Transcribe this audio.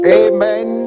amen